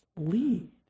lead